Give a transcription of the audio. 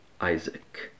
Isaac